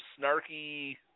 snarky